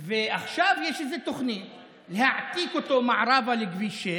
ועכשיו יש איזו תוכנית להעתיק אותו מערבה, לכביש 6